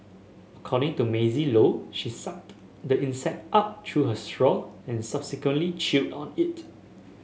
according to Maisy Low she sucked the insect up through her straw and subsequently chewed on it